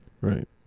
Right